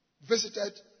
visited